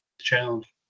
challenge